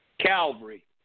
Calvary